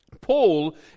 Paul